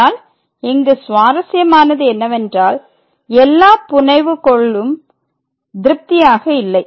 ஆனால் இங்கு சுவாரஸ்யமானது என்னவென்றால் எல்லா புனைவுகோள் ம் திருப்தியாக இல்லை